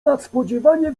nadspodziewanie